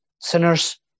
Sinners